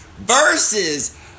Versus